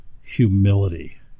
humility